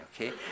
okay